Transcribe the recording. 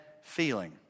feeling